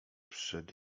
przed